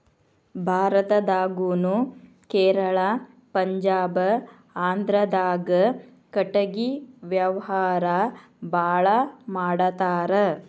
ಭಾರತದಾಗುನು ಕೇರಳಾ ಪಂಜಾಬ ಆಂದ್ರಾದಾಗ ಕಟಗಿ ವ್ಯಾವಾರಾ ಬಾಳ ಮಾಡತಾರ